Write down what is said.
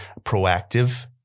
proactive